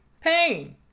pain